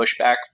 pushback